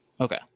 Okay